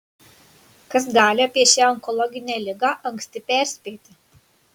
kas gali apie šią onkologinę ligą anksti perspėti